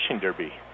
derby